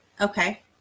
Okay